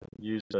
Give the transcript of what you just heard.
use